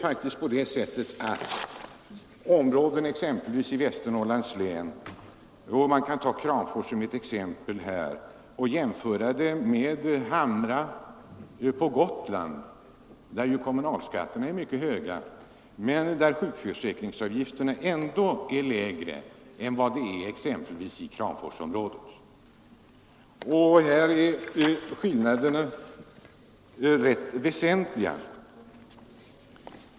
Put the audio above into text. Man kan t.ex. jämföra Kramfors med Hamra på Gotland. I Hamra är kommunalskatterna mycket höga, men ändå är sjukförsäkringsavgifterna där lägre än de är i Kramforsområdet. Och skillnaderna är rätt väsentliga.